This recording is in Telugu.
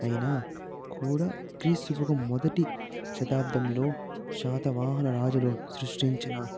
అయినా కూడా క్రీస్తు పూర్వం మొదటి శతాబ్దంలో శాతవాహన రాజులు సృష్టించిన